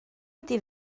ydy